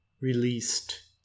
released